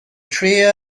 trio